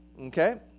Okay